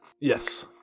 Yes